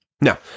Now